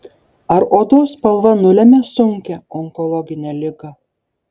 ar odos spalva nulemia sunkią onkologinę ligą